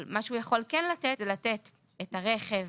אבל מה שהוא יכול כן לתת זה לתת את הרכב